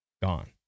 gone